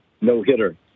no-hitter